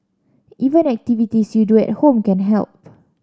even activities you do at home can help